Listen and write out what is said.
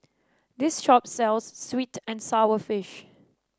this shop sells sweet and sour fish